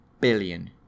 billion